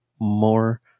more